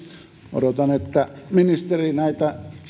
odotan että ministeri näitä